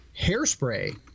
*Hairspray*